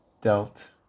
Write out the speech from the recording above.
dealt